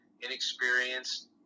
inexperienced